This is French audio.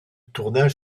tournage